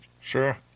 Sure